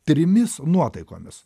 trimis nuotaikomis